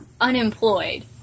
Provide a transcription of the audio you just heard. unemployed